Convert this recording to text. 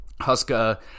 Huska